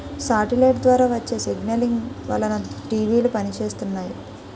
satellite ద్వారా వచ్చే signalling వలన టీవీలు పనిచేస్తున్నాయి